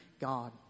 God